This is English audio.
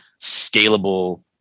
scalable